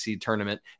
tournament